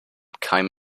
keim